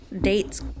dates